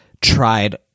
tried